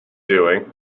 doing